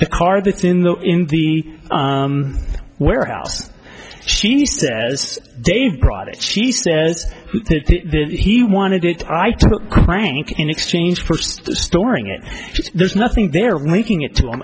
the car that's in the in the warehouse she says they brought it she says he wanted it i took crank in exchange for storing it there's nothing there making it to